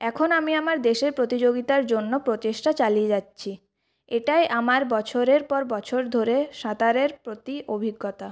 এখন আমি আমার দেশের প্রতিযোগিতার জন্য প্রচেষ্টা চালিয়ে যাচ্ছি এটাই আমার বছরের পর বছর ধরে সাঁতারের প্রতি অভিজ্ঞতা